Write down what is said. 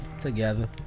together